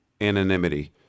anonymity